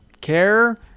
care